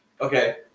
Okay